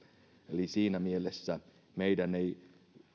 eli siinä mielessä meidän ei